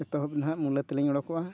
ᱮᱛᱚᱦᱚᱵ ᱱᱟᱦᱟᱸᱜ ᱢᱩᱞᱟᱹ ᱛᱟᱹᱞᱤᱧ ᱚᱰᱳᱠᱚᱜᱼᱟ